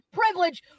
privilege